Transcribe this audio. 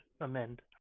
amend